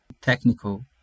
technical